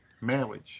marriage